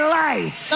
life